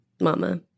mama